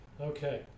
Okay